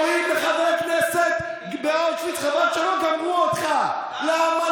קוראים לחברי כנסת: חבל שלא גמרו אותך באושוויץ.